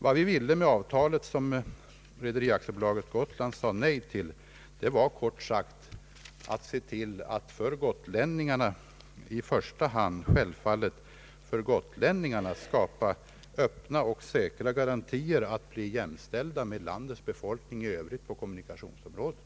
Vad vi ville med det avtal som Rederi AB Gotland sade nej till var kort sagt att se till att för gotlänningarna i första hand skapa öppna och säkra garantier för att de skulle bli jämställda med landets befolkning i övrigt på kommunikationsområdet.